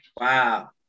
Wow